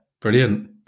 brilliant